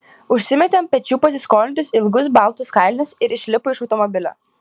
užsimetė ant pečių pasiskolintus ilgus baltus kailinius ir išlipo iš automobilio